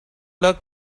luck